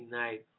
night